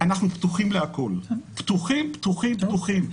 אנחנו פתוחים לכול; פתוחים, פתוחים, פתוחים.